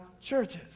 churches